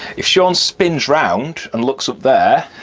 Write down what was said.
if shaun spins round and look up there,